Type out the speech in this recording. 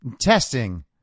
testing